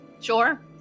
Sure